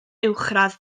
uwchradd